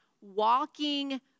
walking